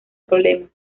problemas